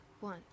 One